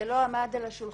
זה לא עמד על השולחן,